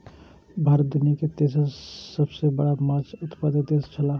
भारत दुनिया के तेसर सबसे बड़ा माछ उत्पादक देश छला